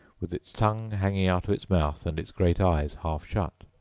with its tongue hanging out of its mouth, and its great eyes half shut.